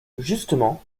justement